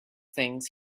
things